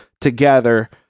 together